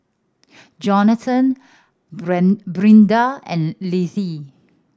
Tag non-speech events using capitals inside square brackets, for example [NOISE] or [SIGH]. Johnathon [UNINTELLIGIBLE] Brinda and Littie